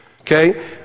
okay